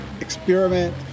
experiment